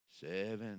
seven